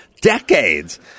decades